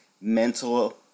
mental